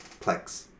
Plex